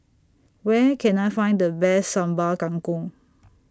Where Can I Find The Best Sambal Kangkong